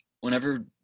whenever –